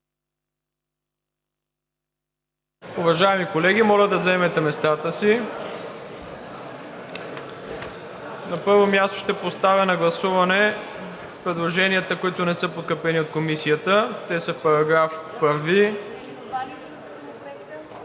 Уважаеми колеги, моля да заемете местата си. На първо място ще поставя на гласуване предложенията, които не са подкрепени от Комисията. Господин